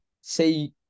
say